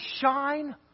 shine